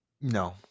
no